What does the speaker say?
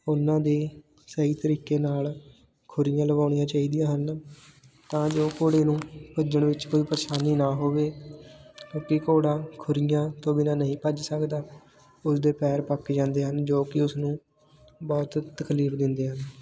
ਉਹਨਾਂ ਦੇ ਸਹੀ ਤਰੀਕੇ ਨਾਲ ਖੁਰੀਆਂ ਲਵਾਉਣੀਆਂ ਚਾਹੀਦੀਆਂ ਹਨ ਤਾਂ ਜੋ ਘੋੜੇ ਨੂੰ ਭੱਜਣ ਵਿੱਚ ਕੋਈ ਪਰੇਸ਼ਾਨੀ ਨਾ ਹੋਵੇ ਕਿਉਂਕਿ ਘੋੜਾ ਖੁਰੀਆਂ ਤੋਂ ਬਿਨਾ ਨਹੀਂ ਭੱਜ ਸਕਦਾ ਉਸਦੇ ਪੈਰ ਪੱਕ ਜਾਂਦੇ ਹਨ ਜੋ ਕਿ ਉਸਨੂੰ ਬਹੁਤ ਤਕਲੀਫ ਦਿੰਦੇ ਹਨ